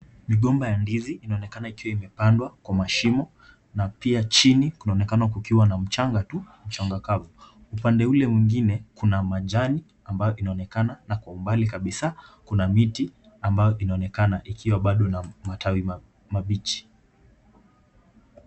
Migomba ya ndizi inaonekana ikiwa imepandwa kwa mashimo, na pia chini kunaonekana kukiwa na mchanga tu, mchanga kavu. Upande ule mwingine kuna majani ambayo inaonekana na kwa umbali kabisa kuna miti ambayo inaonekana ikiwa bado na matawi mabichi.